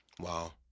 Wow